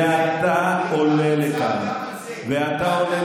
ואתה עולה לכאן,